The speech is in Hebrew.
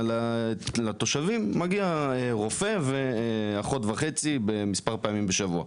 לתושבים מגיע רופא ואחות וחצי כמה פעמים בשבוע.